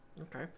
Okay